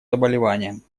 заболеваниям